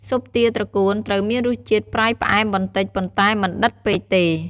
ស៊ុបទាត្រកួន ត្រូវមានរសជាតិ ប្រៃ ផ្អែម បន្តិច ប៉ុន្តែមិនដិតពេកទេ។